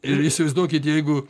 ir įsivaizduokit jeigu